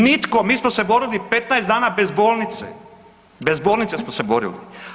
Nitko, mi smo se borili 15 dana bez bolnice, bez bolnice smo se borili.